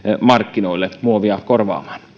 markkinoille muovia korvaamaan